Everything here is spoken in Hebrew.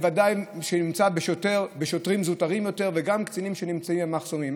וודאי כשמדובר בשוטרים זוטרים וגם בקצינים שנמצאים במחסומים.